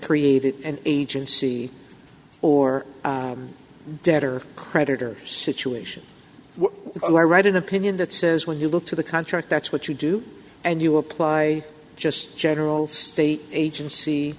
created an agency or debtor creditor situation and i read an opinion that says when you look to the contract that's what you do and you apply just general state agency